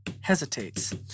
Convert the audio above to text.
hesitates